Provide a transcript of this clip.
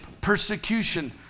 persecution